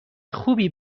خوبی